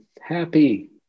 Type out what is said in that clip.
Happy